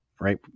right